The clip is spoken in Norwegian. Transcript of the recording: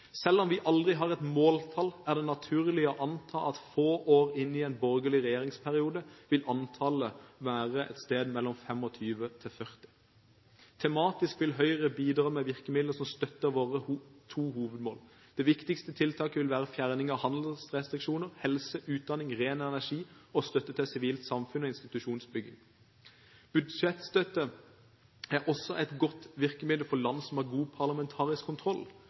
Selv om vi aldri vil ha et måltall, er det naturlig å anta at få år inn i en borgelig regjeringsperiode vil antallet være et sted mellom 25 og 40. Tematisk vil Høyre bidra med virkemidler som støtter våre to hovedmål. De viktigste tiltakene vil være fjerning av handelsrestriksjoner, helse, utdanning, ren energi og støtte til sivilt samfunn og institusjonsbygging. Budsjettstøtte er også et godt virkemiddel for land som har god parlamentarisk kontroll.